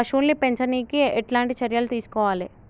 పశువుల్ని పెంచనీకి ఎట్లాంటి చర్యలు తీసుకోవాలే?